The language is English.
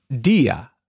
Dia